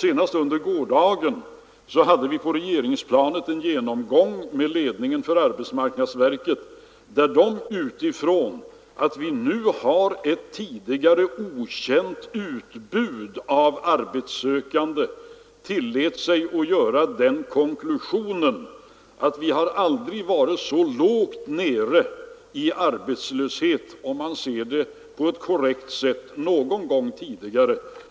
Senast under gårdagen hade vi på regeringsplanet en genomgång med ledningen för arbetsmarknadsverket, som med hänsyn till att vi nu har ett tidigare okänt utbud av arbetssökande tillät sig dra den konklusionen att vi aldrig tidigare har haft så låg arbetslöshet, om man ser på ett korrekt sätt,